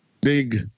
Big